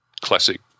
classic